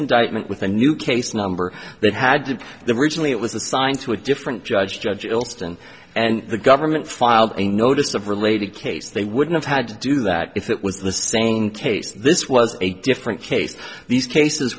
indictment with a new case number that had to be the originally it was assigned to a different judge judge alston and the government filed a notice of related case they wouldn't have had to do that if that was the same case this was a different case these cases